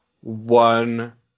one